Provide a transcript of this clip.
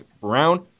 Brown